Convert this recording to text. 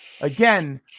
Again